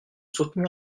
soutenir